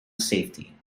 safety